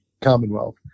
Commonwealth